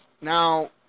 Now